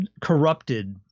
Corrupted